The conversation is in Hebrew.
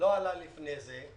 לא עלה לפני זה.